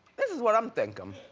this is what i'm thinking.